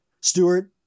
Stewart